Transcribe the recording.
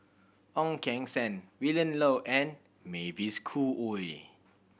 Ong Keng Sen Willin Low and Mavis Khoo Oei